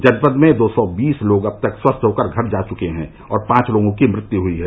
जनपद में दो सौ बीस लोग अब तक स्वस्थ होकर घर जा चुके हैं और पांच लोगों की मृत्यु ह्यी है